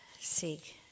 Seek